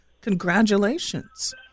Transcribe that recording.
Congratulations